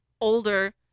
older